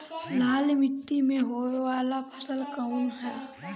लाल मीट्टी में होए वाला फसल कउन ह?